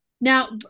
Now